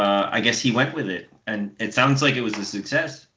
i guess he went with it and it sounds like it was a success.